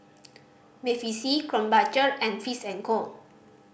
Bevy C Krombacher and Fish and Co